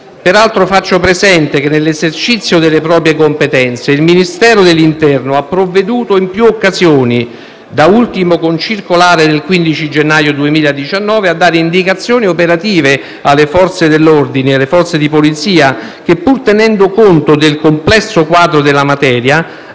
peraltro, che nell'esercizio delle proprie competenze il Ministero dell'interno ha provveduto in più occasioni - da ultimo con circolare del 15 gennaio 2019 - a dare indicazioni operative alle Forze dell'ordine e alle Forze di polizia che, pur tenendo conto del complesso quadro della materia,